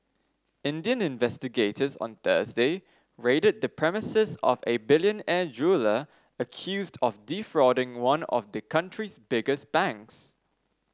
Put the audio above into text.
Indian investigators on Thursday raided the premises of a billionaire jeweller accused of defrauding one of the country's biggest banks